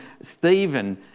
Stephen